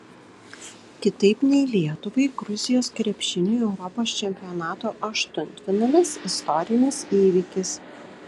kitaip nei lietuvai gruzijos krepšiniui europos čempionato aštuntfinalis istorinis įvykis